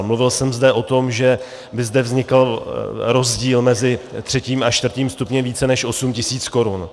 Mluvil jsem o tom, že by zde vznikl rozdíl mezi třetím a čtvrtým stupněm více než 8 000 korun.